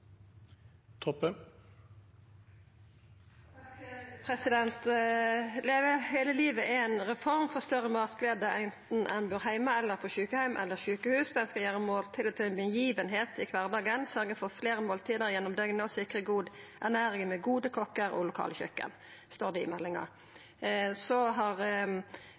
hele livet er en reform for større matglede, enten du bor hjemme eller du er på sykehjem eller sykehus. Den skal gjøre måltidet til en begivenhet i hverdagen, sørge for flere måltider gjennom døgnet og sikre god ernæring med gode kokker og lokale kjøkken», står det i stortingsmeldinga. Regjeringa har